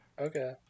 Okay